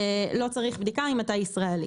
לא צריך בדיקה אם אתה ישראלי.